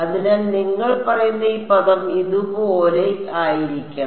അതിനാൽ നിങ്ങൾ പറയുന്ന ഈ പദം ഇതുപോലെ ആയിരിക്കണം